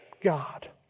God